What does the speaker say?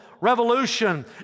revolution